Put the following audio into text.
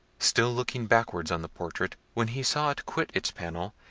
still looking backwards on the portrait, when he saw it quit its panel,